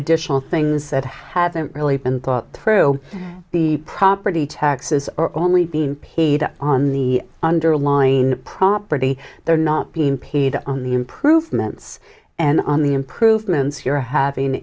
additional things that haven't really been thought through the property taxes are only being paid on the underlying property they're not being paid on the improvements and on the improvements you're having